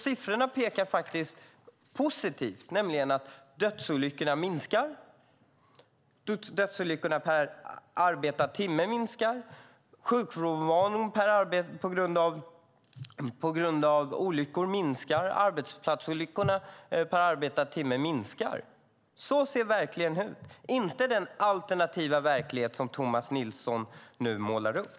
Siffrorna pekar positivt, nämligen på att dödsolyckorna minskar. Dödsolyckorna per arbetad timme minskar. Sjukfrånvaron på grund av olyckor minskar. Arbetsplatsolyckorna per arbetad timme minskar. Så ser verkligheten ut, och inte som den alternativa verklighet som Tomas Nilsson nu målar upp.